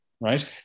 right